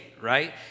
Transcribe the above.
Right